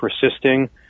persisting